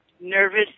nervous